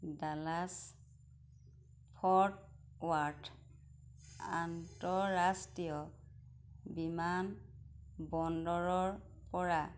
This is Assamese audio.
ডালাছ ফৰ্ট ৱাৰ্থ আন্তঃৰাষ্ট্ৰীয় বিমানবন্দৰৰপৰা